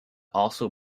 also